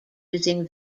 using